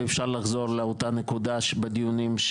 ואפשר לחזור לאותה נקודה בדיונים,